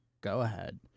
go-ahead